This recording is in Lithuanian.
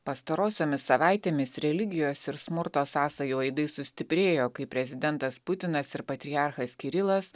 pastarosiomis savaitėmis religijos ir smurto sąsajų aidai sustiprėjo kai prezidentas putinas ir patriarchas kirilas